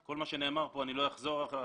כל מה שנאמר פה אני לא אחזור עליו,